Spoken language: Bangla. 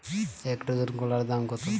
এক ডজন কলার দাম কত?